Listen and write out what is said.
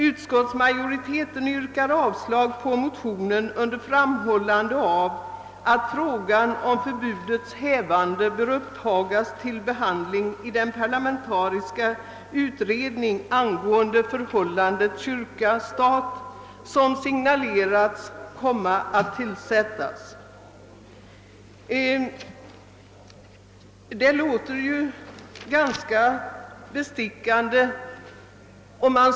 Utskottsmajoriteten yrkar avslag på motionerna under framhållande av att frågan om förbudets hävande bör upptagas till behandling i den parlamentariska utredning angående förhållandet mellan kyrka och stat, som Kungl. Maj:t signalerat kommer att tillsättas. Det låter ju ganska bestickande.